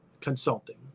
consulting